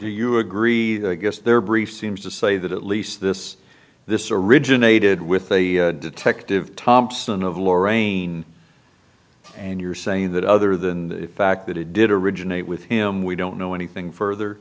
do you agree that i guess their brief seems to say that at least this this originated with the detective thompson of law rain and you're saying that other than the fact that it did originate with him we don't know anything further